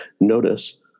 notice